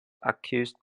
accused